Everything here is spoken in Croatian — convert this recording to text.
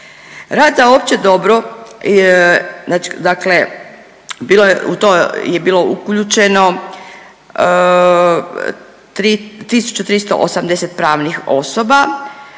Rad za opće dobro znači, dakle bilo je, u to je bilo uključeno 1.380 pravnih osoba,